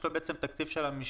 יש לו תקציב של המשטרה,